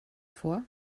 vor